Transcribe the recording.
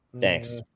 Thanks